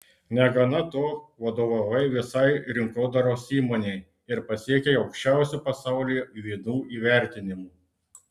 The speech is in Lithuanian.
negana to vadovavai visai rinkodaros įmonei ir pasiekei aukščiausių pasaulyje vynų įvertinimų